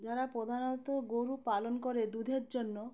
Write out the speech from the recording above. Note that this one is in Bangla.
যারা প্রধানত গরু পালন করে দুধের জন্য